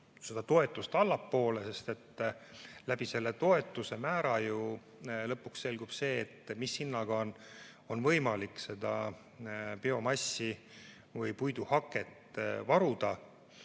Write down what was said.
seda toetust allapoole, sest selle toetuse määra alusel ju lõpuks selgub, mis hinnaga on võimalik biomassi või puiduhaket varuda.